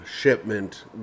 shipment